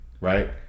right